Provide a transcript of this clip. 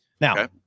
Now